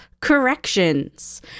Corrections